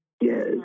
Yes